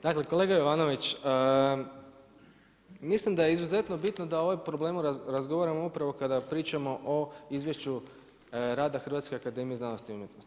Dakle, kolega Jovanović mislim da je izuzetno bitno da o ovom problemu razgovaramo upravo kada pričamo o izvješću rada Hrvatske akademije znanosti i umjetnosti.